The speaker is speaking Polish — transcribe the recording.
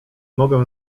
mogę